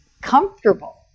comfortable